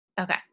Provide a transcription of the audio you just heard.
Okay